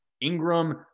Ingram